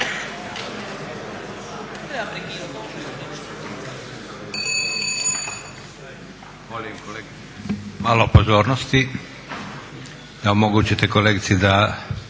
malo pozornosti da omogućite kolegici da